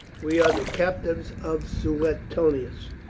we are the captives of suetonius,